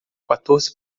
quatorze